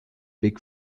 big